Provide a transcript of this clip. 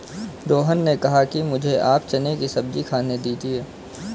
रोहन ने कहा कि मुझें आप चने की सब्जी खाने दीजिए